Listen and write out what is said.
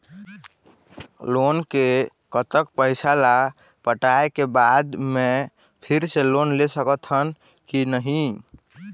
Loan के कतक पैसा ला पटाए के बाद मैं फिर लोन ले सकथन कि नहीं?